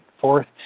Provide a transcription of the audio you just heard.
Fourth